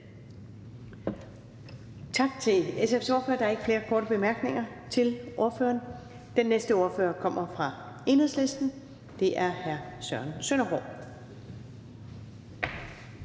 Tak til SF's ordfører. Der er ikke flere korte bemærkninger til ordføreren. Den næste ordfører kommer fra Enhedslisten. Det er hr. Søren Søndergaard.